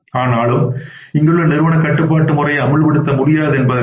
ஆனாலும் இங்கு நிறுவன கட்டுப்பாட்டு முறையை அமல்படுத்த முடியாது என்பதல்ல